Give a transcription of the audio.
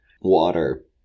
water